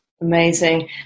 Amazing